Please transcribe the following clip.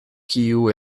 kiu